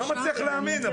אני לא מצליח להאמין.